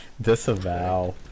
disavow